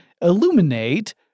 illuminate